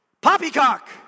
Poppycock